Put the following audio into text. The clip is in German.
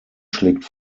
schlägt